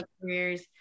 careers